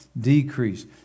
decrease